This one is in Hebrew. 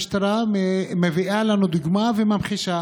המשטרה מביאה לנו דוגמה וממחישה